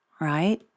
right